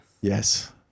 Yes